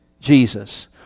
Jesus